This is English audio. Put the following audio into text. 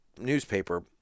newspaper